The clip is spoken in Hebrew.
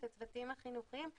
את הצוותים החינוכיים,